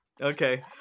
Okay